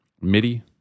MIDI